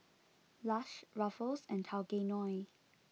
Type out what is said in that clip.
Lush Ruffles and Tao Kae Noi